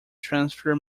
transfer